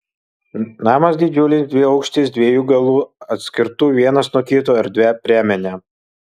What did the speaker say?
namas didžiulis dviaukštis dviejų galų atskirtų vienas nuo kito erdvia priemene